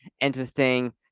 interesting